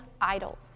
idols